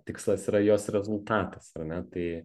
tikslas yra jos rezultatas ar ne tai